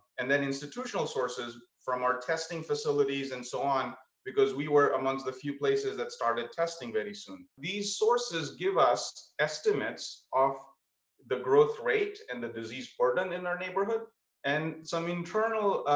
and then institutional sources from our testing facilities and so on because we were amongst the few places that started testing very soon. these sources give us estimates of the growth rate and the disease burden in our neighborhood and some internal